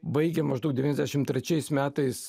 baigė maždaug devyniasdešim trečiais metais